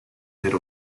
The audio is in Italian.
per